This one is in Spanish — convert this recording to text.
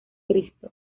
cristo